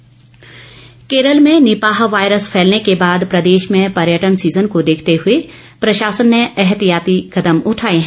Nipah virus Kerala में Nipah virus फैलने के बाद प्रदेश में पर्यटन सीजन को देखते हए प्रशासन ने ऐहतियाती कदम उठाए हैं